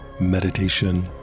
meditation